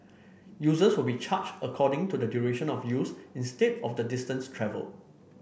users will be charged according to the duration of use instead of the distance travelled